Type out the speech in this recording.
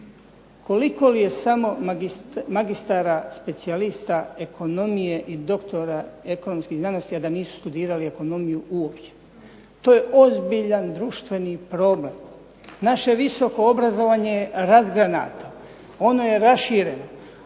Koliko li je samo magistara specijalista ekonomije i doktora ekonomskih znanosti a da nisu studirali ekonomiju uopće. To je ozbiljan društveni problem. Naše visoko obrazovanje je razgranato. Ono je rašireno,